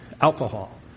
alcohol